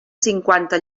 cinquanta